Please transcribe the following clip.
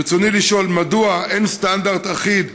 ברצוני לשאול: מדוע אין סטנדרט אחיד לבדיקות,